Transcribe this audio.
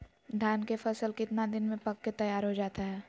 धान के फसल कितना दिन में पक के तैयार हो जा हाय?